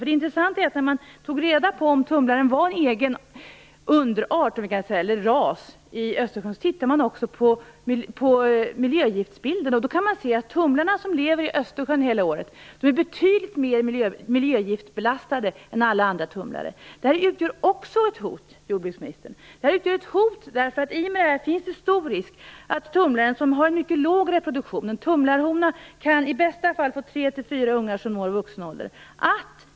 Det intressanta är att man när man tog reda på om tumlarna var en egen underart eller ras i Östersjön också tittade på miljögiftsbilden. Man kan se att de tumlare som lever i Östersjön hela året är betydligt mer miljögiftsbelastade än alla andra tumlare. Också detta utgör ett hot, jordbruksministern. I och med detta finns en stor risk för tumlare, som har en mycket låg reproduktion - en tumlarhona kan i bästa fall få en tre, fyra ungar som når vuxen ålder.